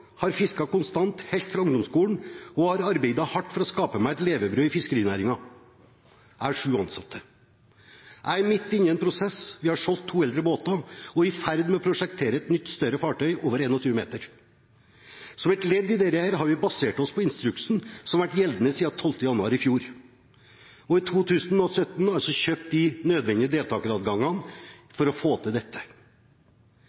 har fisket konstant, helt ifra ungdomsskolen, og har arbeidet hardt for å skape meg et levebrød i fiskerinæringen. Jeg har 7 ansatte. Jeg er midt inne i en prosess, hvor vi har solgt to eldre båter, og er i ferd med å prosjektere et nytt, større fartøy. Som et ledd i dette, har vi basert oss på instruksen som har vært gjeldende siden 12. januar i fjor, og bl.a. i 2017 kjøpt nødvendige